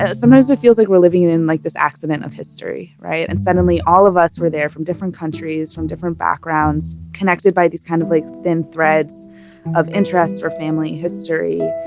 ah sometimes it feels like we're living in like this accident of history, right? and suddenly all of us were there from different countries, from different backgrounds, connected by these kind of like thin threads of interest or family history.